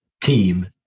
team